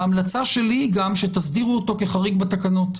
ההמלצה שלי היא גם שתסדירו אותו כחריג בתקנות,